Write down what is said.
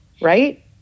Right